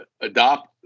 adopt